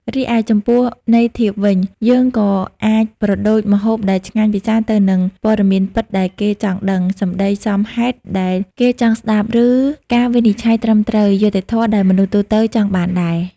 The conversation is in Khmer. រីឯចំពោះន័យធៀបវិញ យើងក៏អាចប្រដូចម្ហូបដែលឆ្ងាញ់ពិសាទៅនឹង ព័ត៌មានពិតដែលគេចង់ដឹង សម្ដីសមហេតុដែលគេចង់ស្ដាប់ ឬការវិនិច្ឆ័យត្រឹមត្រូវ យុត្តិធម៌ដែលមនុស្សទូទៅចង់បានដែរ។